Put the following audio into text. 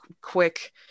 quick